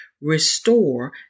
Restore